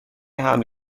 حمل